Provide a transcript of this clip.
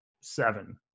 seven